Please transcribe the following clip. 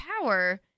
power